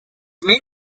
may